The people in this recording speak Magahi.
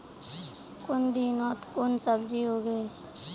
कुन दिनोत कुन सब्जी उगेई?